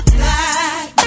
black